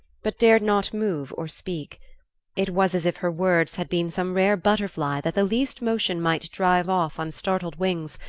but dared not move or speak it was as if her words had been some rare butterfly that the least motion might drive off on startled wings,